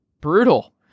Brutal